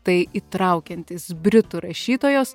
tai įtraukiantis britų rašytojos